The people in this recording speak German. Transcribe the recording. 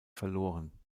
verloren